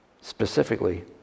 specifically